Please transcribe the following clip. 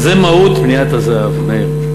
זה מהות מניית הזהב, מאיר.